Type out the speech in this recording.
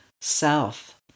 self